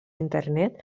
internet